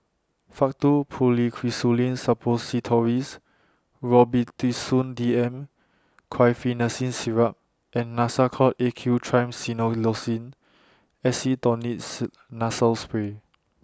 Faktu Policresulen Suppositories Robitussin D M Guaiphenesin Syrup and Nasacort A Q Triamcinolone Acetonide's Nasal Spray